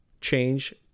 change